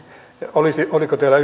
olisi se olisiko teillä